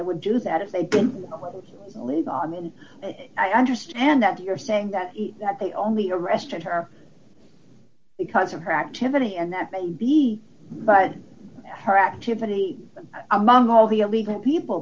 they would do that if they did live on then i understand that you're saying that that they only arrested her because of her activity and that may be but her activity among all the illegal people